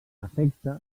efecte